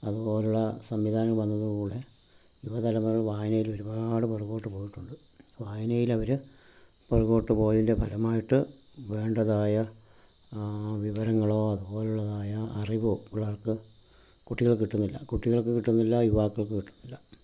അതുപോലുള്ള സംവിധാനങ്ങൾ വന്നതോട് കൂടി യുവതലമുറകൾ വായനയിലൊരുപാട് പുറകോട്ട് പോയിട്ടുണ്ട് വായനയിലവർ പുറകോട്ട് പോയതിൻ്റെ ഫലമായിട്ട് വേണ്ടതായ വിവരങ്ങളോ അതുപോലുള്ളതായ അറിവോ പിള്ളേർക്ക് കുട്ടികൾക്ക് കിട്ടുന്നില്ല കുട്ടികൾക്ക് കിട്ടുന്നില്ല യുവാക്കൾക്ക് കിട്ടുന്നില്ല